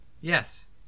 Yes